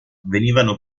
venivano